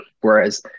Whereas